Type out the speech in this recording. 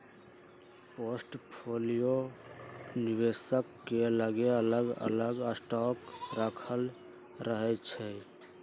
portfolio निवेशक के लगे अलग अलग स्टॉक राखल रहै छइ